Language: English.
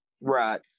right